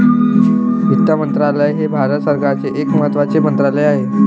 वित्त मंत्रालय हे भारत सरकारचे एक महत्त्वाचे मंत्रालय आहे